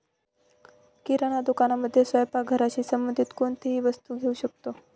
किराणा दुकानामध्ये स्वयंपाक घराशी संबंधित कोणतीही वस्तू घेऊ शकतो